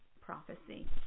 prophecy